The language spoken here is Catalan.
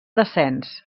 descens